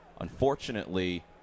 Unfortunately